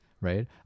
right